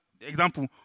Example